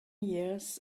years